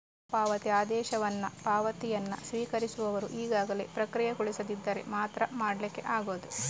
stop ಪಾವತಿ ಆದೇಶವನ್ನ ಪಾವತಿಯನ್ನ ಸ್ವೀಕರಿಸುವವರು ಈಗಾಗಲೇ ಪ್ರಕ್ರಿಯೆಗೊಳಿಸದಿದ್ದರೆ ಮಾತ್ರ ಮಾಡ್ಲಿಕ್ಕೆ ಆಗುದು